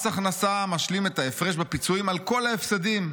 מס הכנסה משלים את ההפרש בפיצויים על כל ההפסדים,